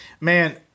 man